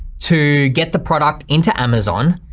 to get the product into amazon.